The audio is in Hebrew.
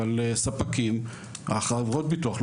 אבל חברות הביטוח,